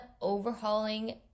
overhauling